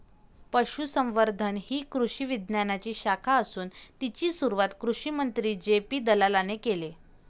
पशुसंवर्धन ही कृषी विज्ञानाची शाखा असून तिची सुरुवात कृषिमंत्री जे.पी दलालाने केले